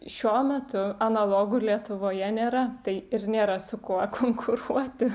šiuo metu analogų lietuvoje nėra tai ir nėra su kuo konkuruoti